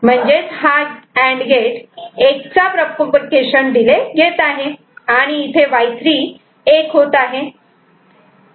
म्हणजेच हा and gate एकचा प्रोपागेशन डिले घेत आहे आणि इथे Y3 '1' होत आहे